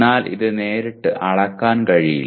എന്നാൽ ഇത് നേരിട്ട് അളക്കാൻ കഴിയില്ല